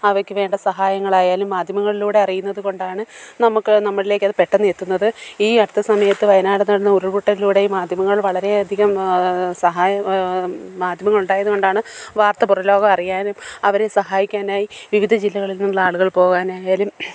അവയ്ക്ക് വേണ്ട സഹായങ്ങൾ ആയാലും മാധ്യമങ്ങളിലൂടെ അറിയുന്നത് കൊണ്ടാണ് നമുക്ക് നമ്മളിലേക്ക് അത് പെട്ടെന്ന് എത്തുന്നത് ഈ അടുത്ത സമയത്ത് വയനാട് നടന്ന ഉരുൾ പൊട്ടലിലൂടെയും മാധ്യമങ്ങൾ വളരെ അധികം സഹായം മാധ്യമങ്ങൾ ഉണ്ടായതു കൊണ്ടാണ് വാർത്ത പുറംലോകം അറിയാനും അവരെ സഹായിക്കാനായി വിവിധ ജില്ലകളിൽ നിന്നുള്ള ആളുകൾ പോവാനായാലും